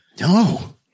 No